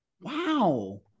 Wow